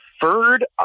deferred